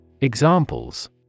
Examples